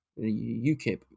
UKIP